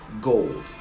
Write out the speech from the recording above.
gold